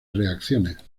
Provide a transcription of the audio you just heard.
reacciones